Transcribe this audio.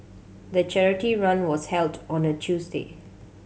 the charity run was held on a Tuesday